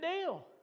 deal